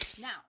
Now